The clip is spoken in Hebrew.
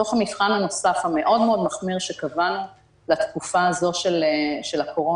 בתוך המבחן הנוסף המחמיר מאוד שקבענו לתקופה הזו של הקורונה,